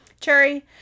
Cherry